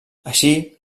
així